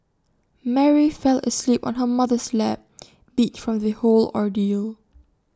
Mary fell asleep on her mother's lap beat from the whole ordeal